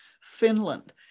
Finland